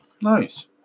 Nice